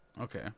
okay